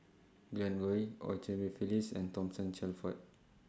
Glen Goei EU Cheng Li Phyllis and Thomason Shelford